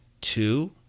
two